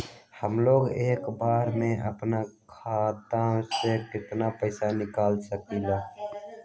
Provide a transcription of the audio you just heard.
हमलोग एक बार में अपना खाता से केतना पैसा निकाल सकेला?